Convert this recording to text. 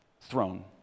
throne